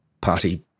party